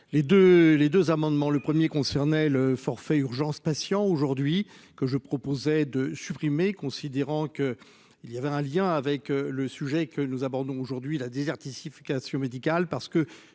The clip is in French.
les deux amendements le 1er concernait le forfait urgence patient aujourd'hui que je proposais de supprimer considérant qu'. Il y avait un lien avec le sujet que nous abordons aujourd'hui la désertification médicale parce que